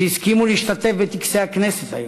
שהסכימו להשתתף בטקסי הכנסת היום.